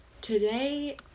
Today